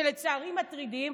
ולצערי מטרידים,